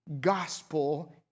gospel